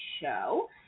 show